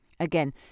Again